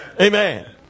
Amen